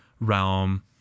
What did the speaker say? realm